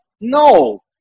No